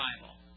Bible